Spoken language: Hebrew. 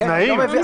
אז משהו לא מסתדר.